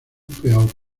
peor